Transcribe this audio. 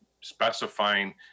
specifying